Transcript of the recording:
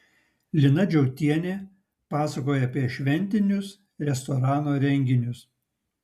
lina džiautienė pasakoja apie šventinius restorano renginius